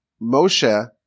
Moshe